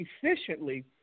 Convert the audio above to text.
Efficiently